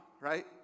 right